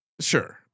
Sure